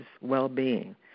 well-being